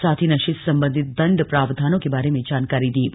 साथ ही नशे से संबंधित दण्ड प्रावधानों के बारे में जानकारी दी गई